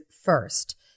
first